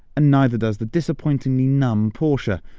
and neither does the disappointingly numb porsche.